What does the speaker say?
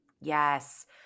Yes